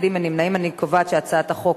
את הצעת חוק